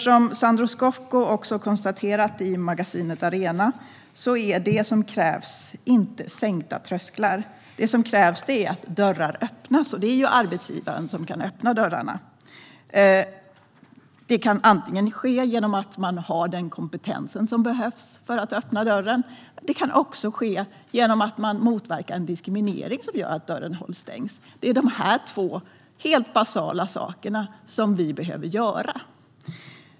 Som Sandro Scocco konstaterat i magasinet Arena är det som krävs inte sänkta trösklar utan att dörrar öppnas - och det är ju arbetsgivaren som kan öppna dörrarna. Det kan ske antingen genom att man har den kompetens som behövs eller genom att den diskriminering som gör att dörren hålls stängd motverkas. Det är dessa två helt basala saker vi behöver göra.